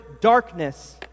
darkness